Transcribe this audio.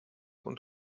und